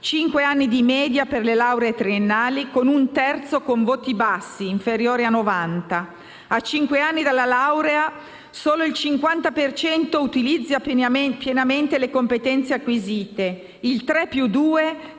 (cinque anni di media per le lauree triennali, con 1/3 con voti bassi, inferiori a 90). A cinque anni dalla laurea, solo il 50 per cento utilizza pienamente le competenze acquisite. Il «tre più